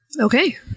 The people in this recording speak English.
Okay